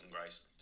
Grace